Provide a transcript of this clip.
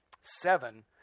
seven